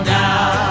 now